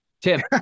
Tim